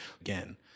Again